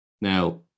Now